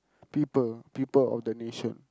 people people of the nation